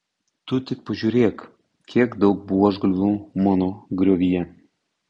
tu tik pažiūrėk kiek daug buožgalvių mano griovyje